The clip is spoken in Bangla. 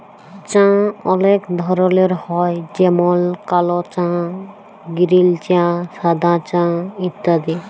চাঁ অলেক ধরলের হ্যয় যেমল কাল চাঁ গিরিল চাঁ সাদা চাঁ ইত্যাদি